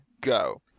go